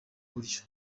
buryo